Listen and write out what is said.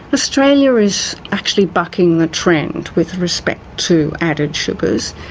australia is actually bucking the trend with respect to added sugars.